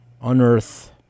unearth